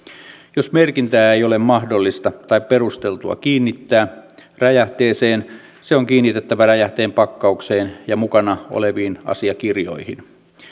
jos merkintää ei ole mahdollista tai perusteltua kiinnittää räjähteeseen se on kiinnitettävä räjähteen pakkaukseen ja mukana oleviin asiakirjoihin